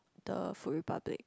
the Food Republic